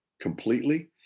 completely